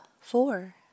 four